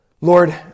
Lord